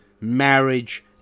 marriage